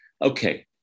Okay